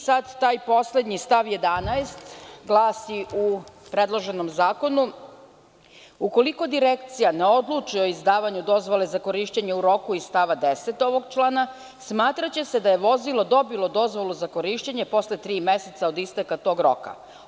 Sad taj poslednji stav 11. glasi u predloženom zakonu: „Ukoliko Direkcija ne odluči o izdavanju dozvole za korišćenje u roku iz stava 10. ovog člana, smatraće se da je vozilo dobilo dozvolu za korišćenje posle tri meseca od isteka tog roka.